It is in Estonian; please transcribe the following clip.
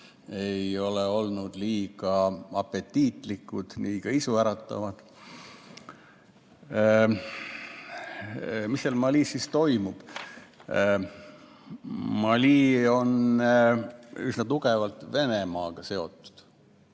ei ole olnud liiga apetiitsed, mitte kuigi isuäratavad. Mis seal Malis siis toimub? Mali on üsna tugevalt Venemaaga seotud.